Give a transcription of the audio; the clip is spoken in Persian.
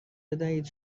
بدهید